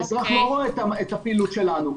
האזרח לא רואה את הפעילות שלנו.